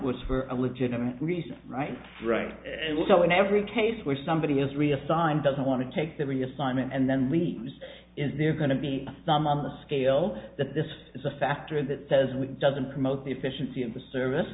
was for a legitimate reason right right and also in every case where somebody is reassigned doesn't want to take the reassignment and then leave is there going to be some on the scale that this is a factor that says we doesn't promote the efficiency of the service